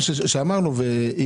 ואמרנו את זה,